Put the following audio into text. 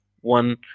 one